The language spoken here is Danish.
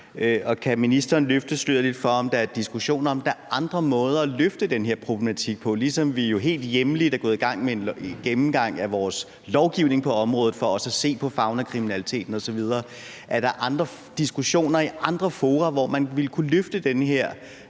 Kan ministeren løfte sløret lidt for, om der er diskussioner om, om der er andre måder at løfte den her problematik på, ligesom vi jo er gået i gang med en hjemlig gennemgang af vores lovgivning på området for også at se på faunakriminaliteten osv.? Er der diskussioner i andre fora, hvor man ville kunne løfte den her